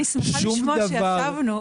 אני שמחה לשמוע שישבנו.